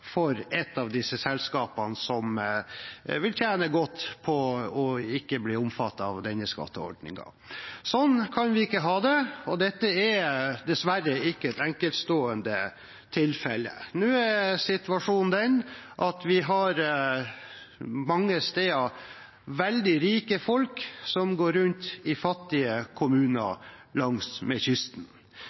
for et av disse selskapene som vil tjene godt på å ikke bli omfattet av denne skatteordningen. Sånn kan vi ikke ha det, og dette er dessverre ikke et enkeltstående tilfelle. Nå er situasjonen den at vi mange steder har veldig rike folk som går rundt i fattige kommuner langs med kysten.